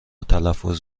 تلفظ